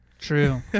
True